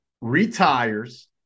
retires